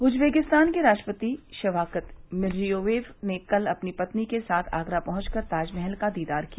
Uzbekistan के राष्ट्रपति Shavkat Mirziyoyev ने कल अपनी पत्नी के साथ आगरा पहुंच कर ताजमहल का दीदार किया